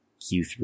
Q3